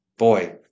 boy